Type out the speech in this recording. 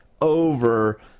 over